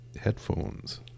headphones